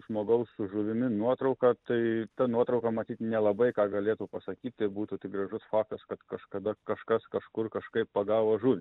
žmogaus su žuvimi nuotrauką tai ta nuotrauka matyt nelabai ką galėtų pasakyti būtų tik gražus faktas kad kažkada kažkas kažkur kažkaip pagavo žuvį